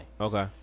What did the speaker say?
Okay